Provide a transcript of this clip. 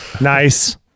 Nice